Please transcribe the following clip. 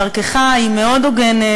דרכך היא מאוד הוגנת,